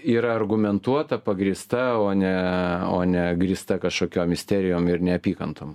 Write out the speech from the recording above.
yra argumentuota pagrįsta o ne o ne grįsta kažkokiom isterijom ir neapykantom